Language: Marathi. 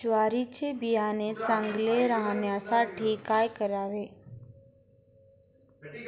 ज्वारीचे बियाणे चांगले राहण्यासाठी काय करावे?